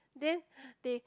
then they